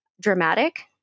dramatic